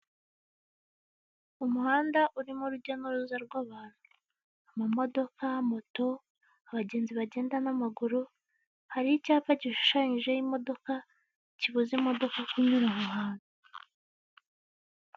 Umuhanda urimo urujya n' uruza rw' abantu, amamodoka, moto, abagenzi bagenda n' amaguru. Hari icyapa gishushanyijeho imodoka kibuza imodoka kunyura aha hantu.